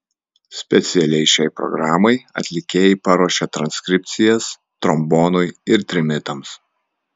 specialiai šiai programai atlikėjai paruošė transkripcijas trombonui ir trimitams